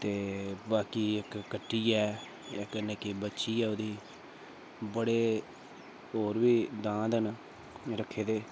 ते बाकी इक कट्टी ऐ इक निक्की बच्छी ऐ ओह्दी बड़े होर बी दांद न रक्खे दे